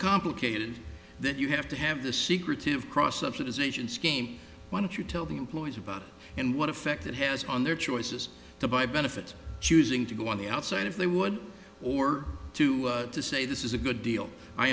complicated that you have to have the secretive cross subsidisation scheme why don't you tell the employees about it and what effect it has on their choices to buy benefits choosing to go on the outside if they would or two to say this is a good deal i